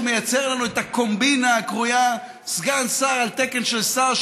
מייצר לנו את הקומבינה הקרויה סגן שר על תקן של שר,